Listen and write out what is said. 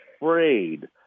afraid